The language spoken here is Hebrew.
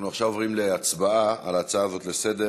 אנחנו עכשיו עוברים להצבעה על ההצעות לסדר-היום,